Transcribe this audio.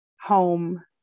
home